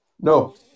No